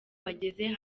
bageze